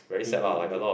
indeed indeed